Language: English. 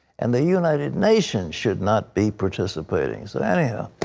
and the united nations should not be participating. so, anyhow,